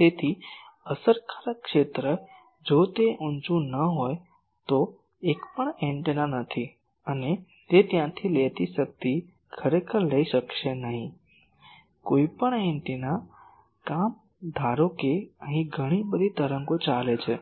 તેથી અસરકારક ક્ષેત્ર જો તે ઊંચું ન હોય તો તે એક પણ એન્ટેના નથી અને તે ત્યાંથી લેતી શક્તિ ખરેખર લઈ શકશે નહીં કોઈપણ એન્ટેના કામ ધારો કે અહીં ઘણી બધી તરંગો ચાલે છે